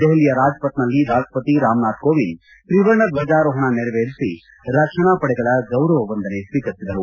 ದೆಹಲಿಯ ರಾಜ್ವಥ್ನಲ್ಲಿ ರಾಷ್ಷಪತಿ ರಾಮನಾಥ್ ಕೋವಿಂದ್ ತ್ರಿವರ್ಣ ದ್ವಜಾರೋಹಣ ನೆರವೇರಿಸಿ ರಕ್ಷಣಾ ಪಡೆಗಳ ಗೌರವ ವಂದನೆ ಸ್ವೀಕರಿಸಿದರು